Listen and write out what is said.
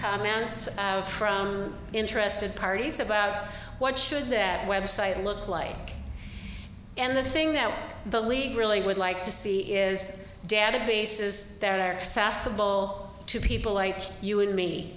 comments from interested parties about what should their website look like and the thing that the league really would like to see is databases their sasa bowl to people like you and me